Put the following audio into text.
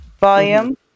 volume